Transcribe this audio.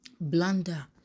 blunder